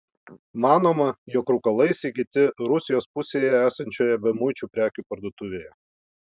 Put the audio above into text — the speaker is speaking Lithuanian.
manoma jog rūkalai įsigyti rusijos pusėje esančioje bemuičių prekių parduotuvėje